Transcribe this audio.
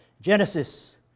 Genesis